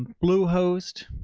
blue host,